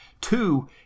Two